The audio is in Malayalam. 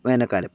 വേനൽക്കാലം